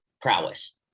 prowess